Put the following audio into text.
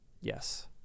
Yes